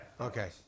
Okay